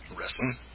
wrestling